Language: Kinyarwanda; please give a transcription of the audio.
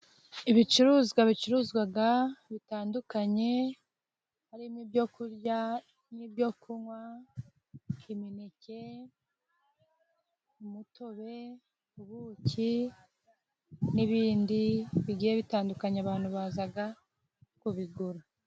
Ibicuruzwa bicuruzwa bitandukanye harimo ibyo kurya n'ibyokunywa imineke, umutobe, ubuki n'ibindi bigiye bitandukanye abantu baza kubigura.